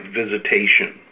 visitation